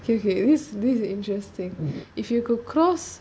okay okay this this is interesting if you could cross